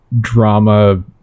drama